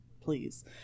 please